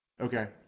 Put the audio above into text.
Okay